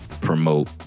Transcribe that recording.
promote